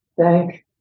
thank